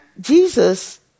Jesus